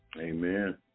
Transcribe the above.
Amen